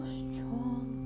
strong